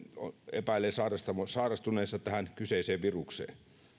epäilee sairastuneensa tähän kyseiseen virukseen